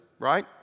right